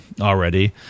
already